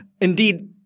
indeed